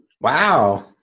Wow